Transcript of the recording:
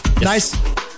Nice